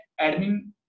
admin